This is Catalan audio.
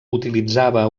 utilitzava